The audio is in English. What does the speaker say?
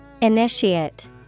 Initiate